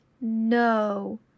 no